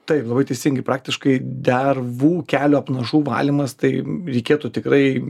taip labai teisingai praktiškai dervų kelio apnašų valymas tai reikėtų tikrai